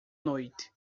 noite